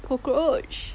cockroach